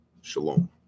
Shalom